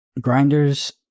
Grinders